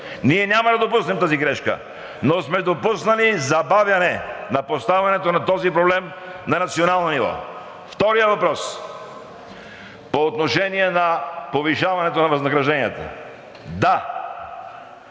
Ние няма да допуснем тази грешка, но сме допуснали забавяне на поставянето на този проблем на национално ниво. Вторият въпрос – по отношение на повишаването на възнагражденията. Да,